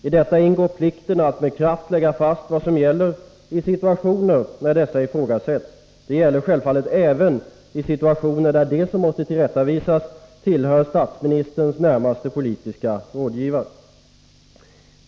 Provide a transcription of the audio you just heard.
I detta ingår plikten att med kraft lägga fast vad som gäller i situationer när dessa ifrågasätts — självfallet även i situationer där de som måste tillrättavisas tillhör statsministerns närmaste politiska rådgivare.